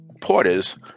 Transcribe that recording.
porters